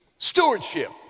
Stewardship